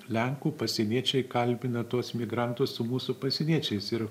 lenkų pasieniečiai kalbina tuos migrantus su mūsų pasieniečiais ir